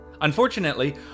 Unfortunately